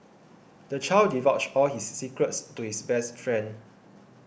the child divulged all his secrets to his best friend